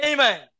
Amen